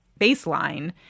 baseline